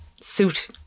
suit